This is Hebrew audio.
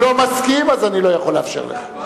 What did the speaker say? לא, הוא לא מסכים, אז אני לא יכול לאפשר לך.